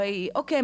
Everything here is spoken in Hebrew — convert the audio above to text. אוקיי,